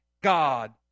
God